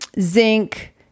zinc